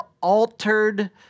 altered